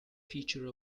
feature